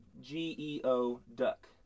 G-E-O-Duck